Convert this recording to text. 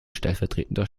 stellvertretender